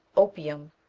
opium,